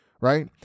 Right